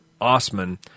Osman